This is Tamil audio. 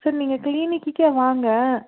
சரி நீங்கள் கிளீனிக்குக்கே வாங்க